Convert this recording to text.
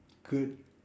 good